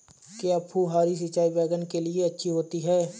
क्या फुहारी सिंचाई बैगन के लिए अच्छी होती है?